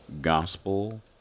Gospel